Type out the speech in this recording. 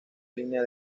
línea